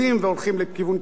והולכים לכיוון כזה,